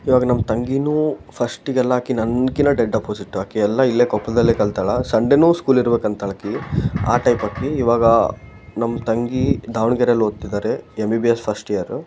ಇವಾಗ ನಮ್ಮ ತಂಗಿನೂ ಫಸ್ಟ್ ಗೆಲ್ಲಾಕಿ ನನ್ಕಿಂತ ಡೆಡ್ ಆಪ್ಪೋಸಿಟ್ಟು ಆಕಿ ಎಲ್ಲಾ ಇಲ್ಲೇ ಕೊಪ್ಪಳದಲ್ಲೇ ಕಲ್ತಾಳೆ ಸಂಡೆನೂ ಸ್ಕೂಲ್ ಇರ್ಬೇಕು ಅಂತಾಳಾಕಿ ಆ ಟೈಪ್ ಆಕಿ ಇವಾಗ ನಮ್ಮ ತಂಗಿ ದಾವಣಗೆರೆಯಲ್ಲಿ ಓದ್ತಿದ್ದಾರೆ M B B S first year